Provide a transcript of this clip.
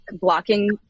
blocking